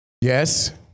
Yes